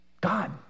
God